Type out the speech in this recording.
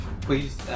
Please